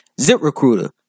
ZipRecruiter